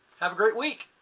have a great week.